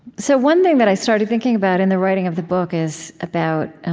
so, one thing that i started thinking about in the writing of the book is about